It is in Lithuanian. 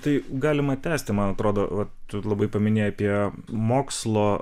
tai galima tęsti man atrodo vat tu labai paminėjai apie mokslo